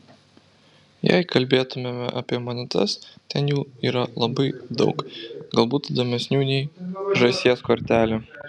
jei kalbėtumėme apie monetas ten jų yra labai daug galbūt įdomesnių nei žąsies kortelė